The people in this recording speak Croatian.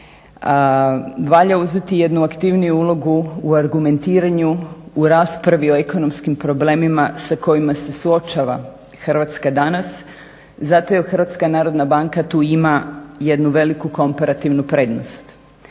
Valja uzeti jednu aktivniju ulogu u argumentiranju u raspravi o ekonomskim problemima sa kojima se suočava Hrvatska danas, zato jer HNB tu ima jednu veliku komparativnu prednost,